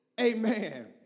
Amen